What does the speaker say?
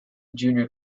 junior